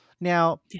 Now